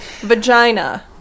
Vagina